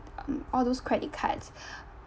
um all those credit cards